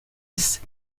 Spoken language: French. est